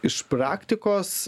iš praktikos